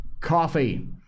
Coffee